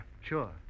Sure